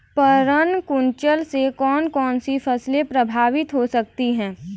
पर्ण कुंचन से कौन कौन सी फसल प्रभावित हो सकती है?